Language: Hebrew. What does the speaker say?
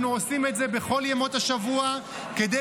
אנחנו עושים את זה בכל ימות השבוע כדי